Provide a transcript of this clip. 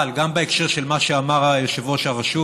אבל גם בקשר למה שאמר יושב-ראש הרשות